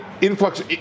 Influx